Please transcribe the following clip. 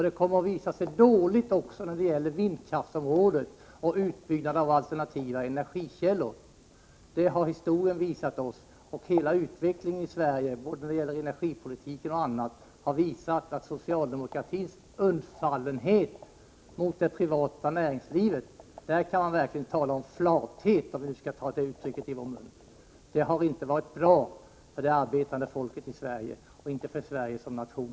Det kommer att visa sig vara dåligt för vindkraften och utbyggnaden av alternativa energikällor. Hela utvecklingen i Sverige när det gäller energipolitiken m.m. har visat socialdemokratins undfallenhet mot det privata näringslivet, och där kan man verkligen tala om flathet, om vi nu skall ta det uttrycket i vår mun. Det har inte varit bra för det arbetande folket i Sverige och inte heller för Sverige som nation.